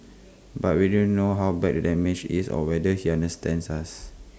but we don't know how bad the damage is or whether he understands us